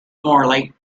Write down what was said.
morley